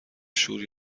شور